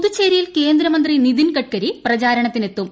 പുതുച്ചേരിയിൽ കേന്ദ്രമന്ത്രി നിതിൻ ഗഡ്കരി പ്രചാരണത്തിനെത്തും